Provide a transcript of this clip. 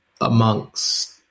amongst